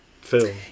film